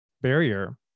barrier